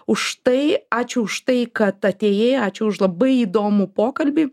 už tai ačiū už tai kad atėjai ačiū už labai įdomų pokalbį